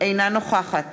אינה נוכחת